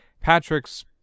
Patrick's